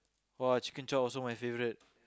!wah! Chicken-Chop also my favorite